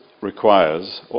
Requires